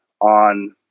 on